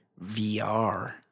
VR